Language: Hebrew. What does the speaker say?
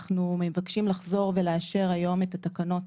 אנחנו מבקשים לחזור ולאשר היום את התקנות